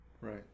right